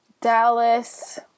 Dallas